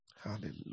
Hallelujah